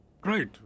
great